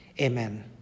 Amen